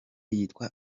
yitwa